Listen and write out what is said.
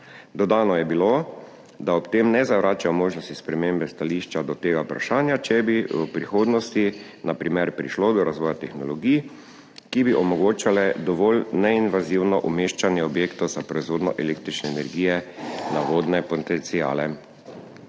Dodano je bilo, da ob tem ne zavračajo možnosti spremembe stališča do tega vprašanja, če bi v prihodnosti na primer prišlo do razvoja tehnologij, ki bi omogočale dovolj neinvazivno umeščanje objektov za proizvodnjo električne energije na vodne potenciale.